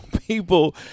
people